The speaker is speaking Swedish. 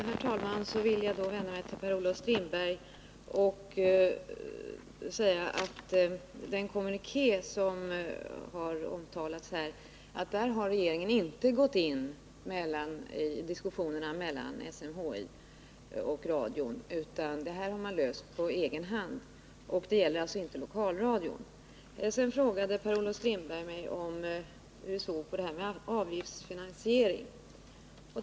Herr talman! Jag vill först vända mig till Per-Olof Strindberg och säga, när det gäller den kommuniké som nämnts i sammanhanget, att regeringen inte har gått in i diskussionerna mellan SMHI och Sveriges Radio, utan den frågan har parterna löst på egen hand. Per-Olof Strindberg frågade mig hur jag såg på frågan om avgiftsfinansiering.